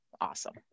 awesome